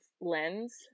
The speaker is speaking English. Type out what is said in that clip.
lens